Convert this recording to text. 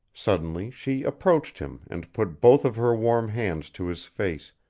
suddenly she approached him and put both of her warm hands to his face,